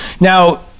Now